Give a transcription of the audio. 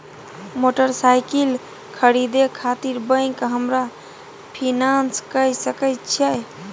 Motorcycle खरीदे खातिर bank हमरा फिनांस कय सके छै?